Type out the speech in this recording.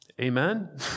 amen